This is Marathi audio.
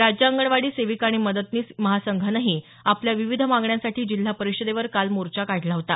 राज्य अंगणवाडी सेविका आणि मदतनीस महासंघानंही आपल्या विविध मागण्यांसाठी जिल्हा परिषदेवर काल मोर्चा काढला होता